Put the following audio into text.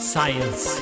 Science